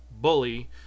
bully